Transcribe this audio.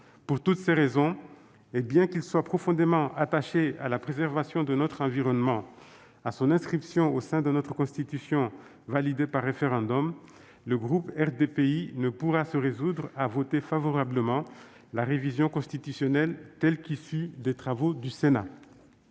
Pour toutes ces raisons, bien qu'il soit profondément attaché à la préservation de notre environnement et à son inscription au sein de notre Constitution, validée par référendum, le groupe RDPI ne pourra se résoudre à voter favorablement la révision constitutionnelle telle qu'issue des travaux du Sénat.